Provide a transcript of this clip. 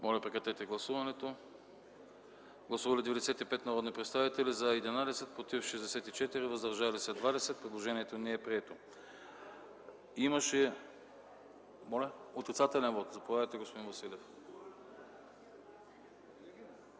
текст – ал. 2, т. 2. Гласували 95 народни представители: за 11, против 64, въздържали се 20. Предложението не е прието. За отрицателен вот – заповядайте, господин Василев.